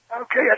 Okay